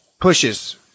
Pushes